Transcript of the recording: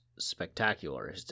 spectacular